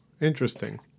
Interesting